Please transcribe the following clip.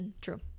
True